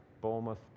Bournemouth